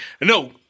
No